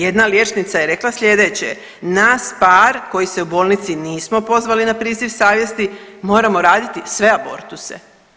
Jedna liječnica je rekla sljedeće: Nas par koji se u bolnici nismo pozvali na priziv savjesti moramo raditi sve abortusa.